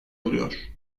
oluyor